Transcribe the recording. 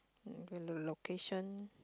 mm then the location